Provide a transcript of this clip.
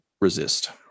resist